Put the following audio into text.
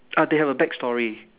ah they have a backstory